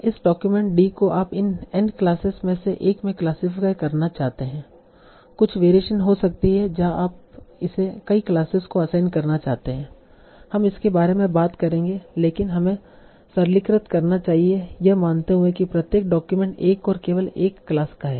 इस document d को आप इन n क्लासेज में से एक में क्लासिफाय करना चाहते हैं कुछ वेरिएशन हो सकती हैं जहाँ आप इसे कई क्लासेज को असाइन करना चाहते हैं हम इसके बारे में बात करेंगे लेकिन हमें सरलीकृत करना चाहिए यह मानते हुए कि प्रत्येक डॉक्यूमेंट एक और केवल एक क्लास का है